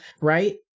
right